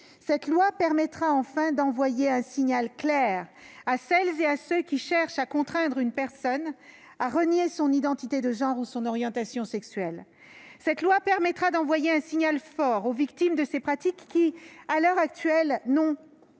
Cette loi permettra enfin d'envoyer un signal clair à celles et à ceux qui cherchent à contraindre une personne à renier son identité de genre ou son orientation sexuelle. Cette loi permettra d'envoyer un signal fort aux victimes de ces pratiques, qui, à l'heure actuelle, n'ont pas